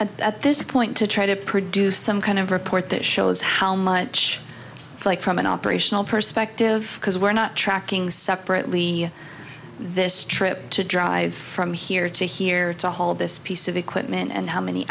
are at this point to try to produce some kind of report that shows how much like from an operational perspective because we're not tracking separately this trip to drive from here to here to hold this piece of equipment and how many